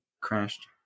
crashed